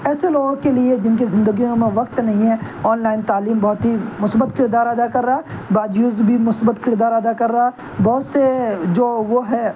ایسے لوگوں کے لیے جن کے زندگیوں میں وقت نہیں ہے آنلائن تعلیم بہت ہی مثبت کردار ادا کر رہا ہے باجیوز بھی مثبت کردار ادا کر رہا ہے بہت سے جو وہ ہے